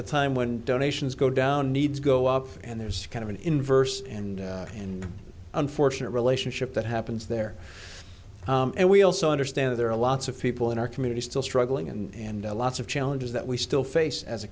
the time when donations go down needs go up and there's kind of an inverse and and unfortunate relationship that happens there and we also understand there are lots of people in our community still struggling and lots of challenges that we still face as a